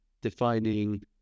defining